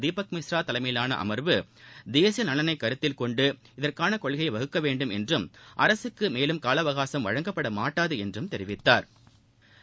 தீபக் மிஸ்ரா தலைமையிலாள அம்வு தேசிய நலனைக் கருத்தில் கொண்டு இதற்கான கொள்கையை வகுக்க வேண்டும் என்றும் அரசுக்கு மேலும் கால அவகாசம் வழங்கப்பட மாட்டாது என்றும் தெரிவித்தாா்